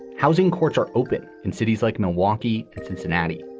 housing courts are open in cities like milwaukee and cincinnati,